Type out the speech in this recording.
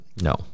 No